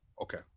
Okay